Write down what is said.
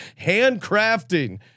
handcrafting